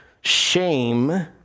shame